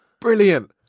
brilliant